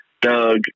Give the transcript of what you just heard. Doug